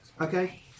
Okay